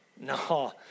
No